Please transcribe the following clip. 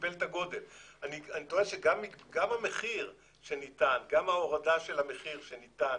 אני טוען שגם ההורדה של המחיר שניתן,